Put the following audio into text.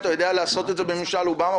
אתה יודע לעשות את זה בממשל אובאמה,